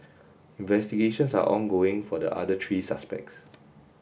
investigations are ongoing for the other three suspects